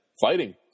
Fighting